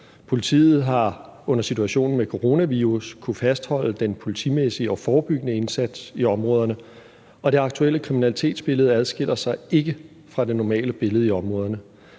Politiet har under situationen med coronavirus kunnet fastholde den politimæssige og forebyggende indsats i områderne, og det aktuelle kriminalitetsbillede adskiller sig ikke fra det normale billede i områderne.